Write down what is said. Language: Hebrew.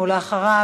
אחריו,